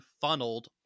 funneled